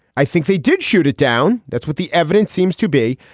i think they did shoot it down. that's what the evidence seems to be.